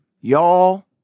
y'all